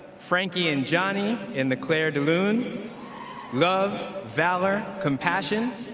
frankie and johnny in the clair de lune love! valour! compassion!